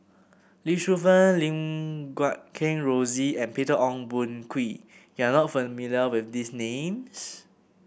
Lee Shu Fen Lim Guat Kheng Rosie and Peter Ong Boon Kwee you are not familiar with these names